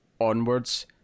onwards